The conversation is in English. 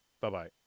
Bye-bye